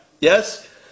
Yes